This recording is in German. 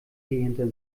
hinter